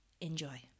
enjoy